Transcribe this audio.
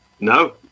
No